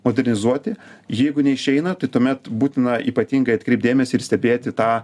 modernizuoti jeigu neišeina tai tuomet būtina ypatingai atkreipt dėmesį ir stebėti tą